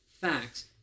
facts